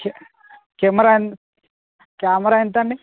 K camera ఏం camera ఎంత అండి